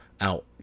out